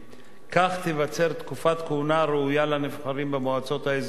כך תיווצר תקופת כהונה ראויה לנבחרים במועצות האזוריות,